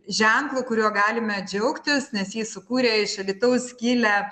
ženklą kuriuo galime džiaugtis nes jį sukūrė iš alytaus kilę